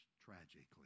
tragically